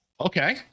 Okay